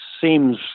seems